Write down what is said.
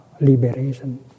liberation